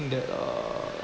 that uh